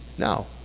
No